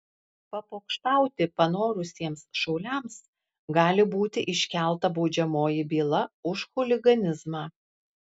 papokštauti panorusiems šauliams gali būti iškelta baudžiamoji byla už chuliganizmą